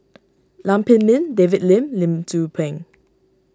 Lam Pin Min David Lim Lim Tzu Pheng